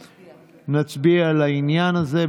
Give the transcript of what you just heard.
ונצביע על העניין הזה.